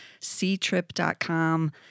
ctrip.com